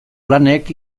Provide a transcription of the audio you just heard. lanek